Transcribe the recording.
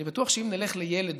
אני בטוח שאם נלך לילד